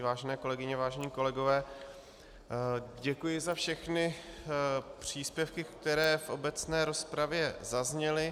Vážené kolegyně, vážení kolegové, děkuji za všechny příspěvky, které v obecné rozpravě zazněly.